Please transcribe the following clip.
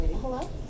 Hello